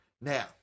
Now